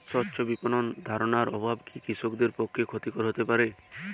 স্বচ্ছ বিপণন ধারণার অভাব কি কৃষকদের পক্ষে ক্ষতিকর হতে পারে?